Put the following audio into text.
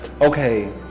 Okay